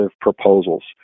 proposals